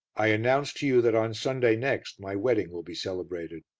i announce to you that on sunday next my wedding will be celebrated.